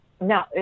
No